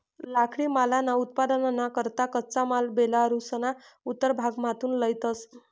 लाकडीमालना उत्पादनना करता कच्चा माल बेलारुसना उत्तर भागमाथून लयतंस